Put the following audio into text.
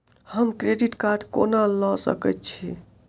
हम credit card कोना लऽ सकै छी?